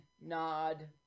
nod